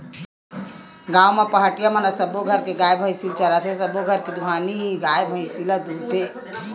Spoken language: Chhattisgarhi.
गाँव म पहाटिया मन ह सब्बो घर के गाय, भइसी ल चराथे, सबो घर के दुहानी गाय, भइसी ल दूहथे